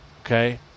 Okay